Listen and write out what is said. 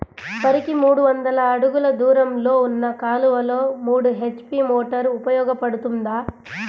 వరికి మూడు వందల అడుగులు దూరంలో ఉన్న కాలువలో మూడు హెచ్.పీ మోటార్ ఉపయోగపడుతుందా?